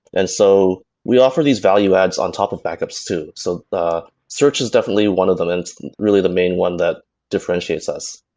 and so we offer these value ads on top of backups too. so search is definitely one of them and really the main one that differentiates us.